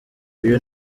uyu